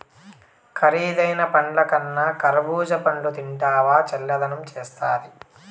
కరీదైన పండ్లకన్నా కర్బూజా పండ్లు తింటివా చల్లదనం చేస్తాది